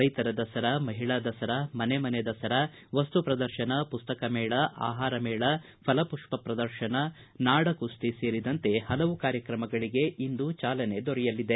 ರೈತರ ದಸರಾ ಮಹಿಳಾ ದಸರಾ ಮನೆ ಮನೆ ದಸರಾ ವಸ್ತು ಪ್ರದರ್ತನ ಪುಸ್ತಕ ಮೇಳ ಆಹಾರ ಮೇಳ ಫಲಪುಷ್ಷ ಪ್ರದರ್ಶನ ನಾಡ ಕುಸ್ತಿ ಸೇರಿದಂತೆ ಹಲವು ಕಾರ್ಯತ್ರಮಗಳಿಗೆ ಇಂದು ಚಾಲನೆ ದೊರೆಯಲಿದೆ